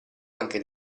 anche